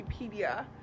Wikipedia